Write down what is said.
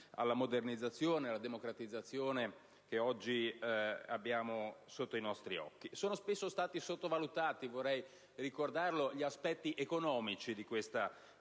alla modernizzazione, alla democratizzazione che oggi abbiamo sotto i nostri occhi. Sono spesso stati sottovalutati - vorrei ricordarlo - gli aspetti economici di questa dinamica.